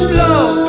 love